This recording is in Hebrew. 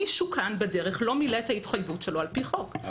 מישהו כאן בדרך לא מילא את ההתחייבות שלו על פי חוק,